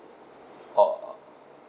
or